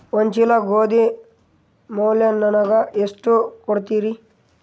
ಒಂದ ಚೀಲ ಗೋಧಿ ಮ್ಯಾಲ ನನಗ ಎಷ್ಟ ಕೊಡತೀರಿ?